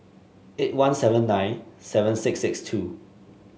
eight one seven nine seven six six two